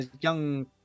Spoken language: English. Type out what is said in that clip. young